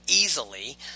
easily